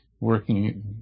working